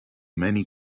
many